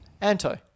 Anto